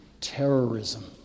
terrorism